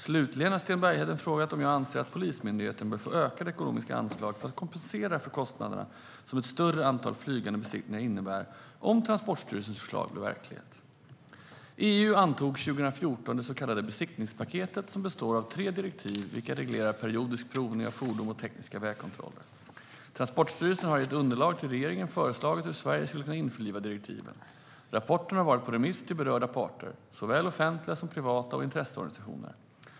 Slutligen har Sten Bergheden frågat om jag anser att Polismyndigheten bör få ökade ekonomiska anslag för att kompensera för kostnaderna som ett större antal flygande besiktningar innebär om Transportstyrelsens förslag blir verklighet. EU antog 2014 det så kallade besiktningspaketet, som består av tre direktiv vilka reglerar periodisk provning av fordon och tekniska vägkontroller. Transportstyrelsen har i ett underlag till regeringen föreslagit hur Sverige skulle kunna införliva direktiven. Rapporten har varit på remiss till berörda parter, såväl offentliga som privata, och intresseorganisationer.